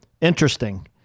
Interesting